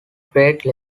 grade